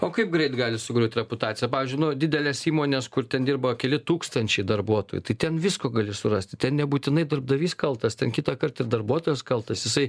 o kaip greit gali sugriūt reputacija pavyzdžiui nu didelės įmonės kur ten dirba keli tūkstančiai darbuotojų tai ten visko gali surasti ten nebūtinai darbdavys kaltas ten kitąkart ir darbuotojas kaltas jisai